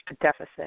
deficit